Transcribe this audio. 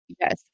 Yes